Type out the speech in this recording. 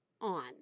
on